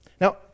Now